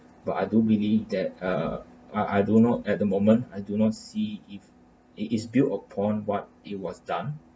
but I don't believe that ah I I do not at the moment I do not see if it is built upon what it was done